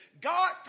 God